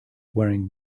wearing